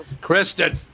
Kristen